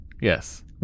Yes